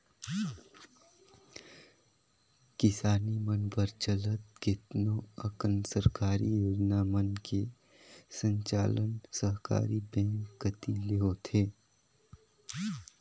किसानी मन बर चलत केतनो अकन सरकारी योजना मन के संचालन सहकारी बेंक कति ले होथे